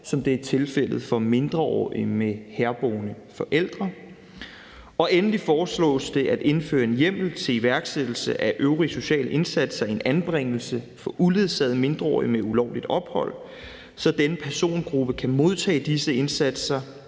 som det er tilfældet for mindreårige med herboende forældre. Endelig foreslås det at indføre en hjemmel til iværksættelse af øvrige sociale indsatser i en anbringelse for uledsagede mindreårige med ulovligt ophold, så denne persongruppe kan modtage disse indsatser